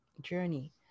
journey